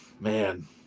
Man